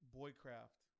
boycraft